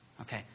Okay